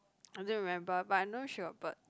I don't remember but I know she'll but